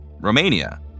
Romania